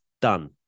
done